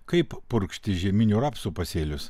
kaip purkšti žieminių rapsų pasėlius